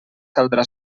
caldrà